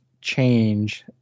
change